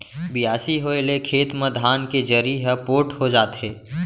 बियासी होए ले खेत म धान के जरी ह पोठ हो जाथे